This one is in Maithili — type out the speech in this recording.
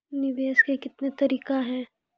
निवेश के कितने तरीका हैं?